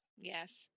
Yes